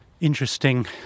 interesting